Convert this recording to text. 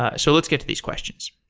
ah so let's get to these questions.